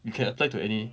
you can apply to any